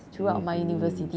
mmhmm